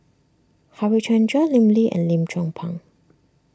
Harichandra Lim Lee and Lim Chong Pang